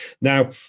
Now